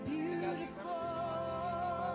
Beautiful